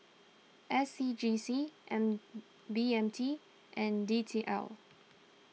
S C G C and B M T and D T L